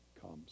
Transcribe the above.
comes